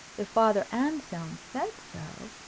if father anselm said so.